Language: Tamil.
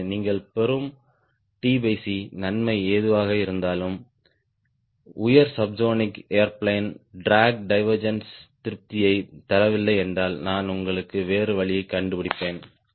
எனவே நீங்கள் பெறும் நன்மை எதுவாக இருந்தாலும் high subsonic airplane drag divergence Mach நம்பர்க்கு இது எங்களுக்கு திருப்தியைத் தரவில்லை என்றால் நான் உங்களுக்கு வேறு வழியைக் கண்டுபிடிப்பேன்